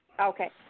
Okay